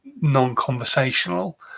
non-conversational